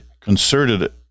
concerted